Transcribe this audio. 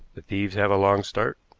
the thieves have a long start.